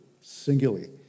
singly